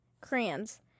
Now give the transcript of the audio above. Crayons